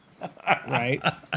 Right